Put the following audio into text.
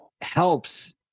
helps